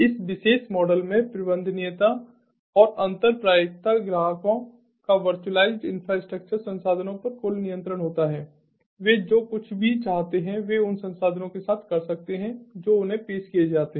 इस विशेष मॉडल में प्रबंधनीयता और अंतर प्रायिकता ग्राहकों का वर्चुअलाइज्ड इंफ्रास्ट्रक्चर संसाधनों पर कुल नियंत्रण होता है वे जो कुछ भी चाहते हैं वे उन संसाधनों के साथ कर सकते हैं जो उन्हें पेश किए जाते हैं